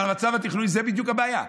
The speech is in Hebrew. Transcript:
אבל המצב התכנוני זה בדיוק הבעיה.